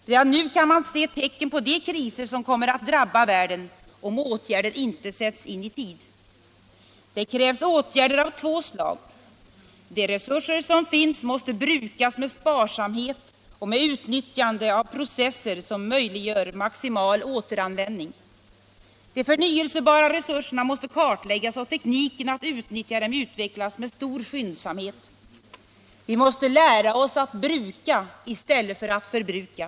Redan nu kan man se tecken på de kriser som kommer att drabba världen om åtgärder inte sätts in i tid. Det krävs åtgärder av två slag. De resurser som finns måste brukas med sparsamhet och med utnyttjande av processer som möjliggör maximal återanvändning. De förnyelsebara resurserna måste kartläggas och tekniken att utnyttja dem utvecklas med stor skyndsamhet. Vi måste lära oss att bruka i stället för att förbruka.